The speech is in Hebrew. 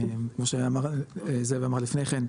כמו שאמר זאב לפני כן,